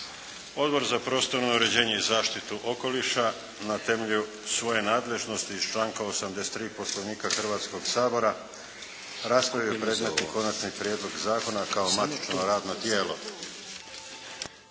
Odbor za uređenje i zaštitu okoliša na temelju svoje nadležnosti iz članka 83. Poslovnika hrvatskog sabora raspravio je Konačni prijedlog zakona kao matično radno tijelo.